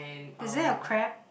there's there a crab